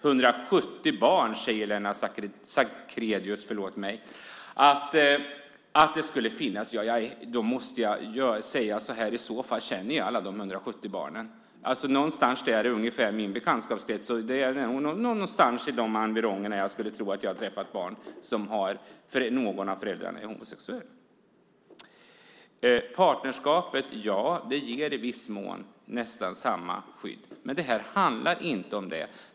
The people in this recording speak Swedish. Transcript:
Lennart Sacrédeus talar om att det är 170 barn som har en förälder som är homosexuell. I så fall känner jag alla de 170 barnen. Någonstans i den storleksordningen är min bekantskapskrets. Jag skulle tro att jag har träffat ungefär så många barn som har någon av föräldrarna som är homosexuell. Ja, partnerskapet ger i viss mån nästan samma skydd som äktenskapet. Men det här handlar inte om det.